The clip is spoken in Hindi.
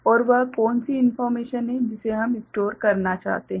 और वह कौन सी इन्फोर्मेशन है जिसे हम स्टोर करना चाहते हैं